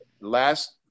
last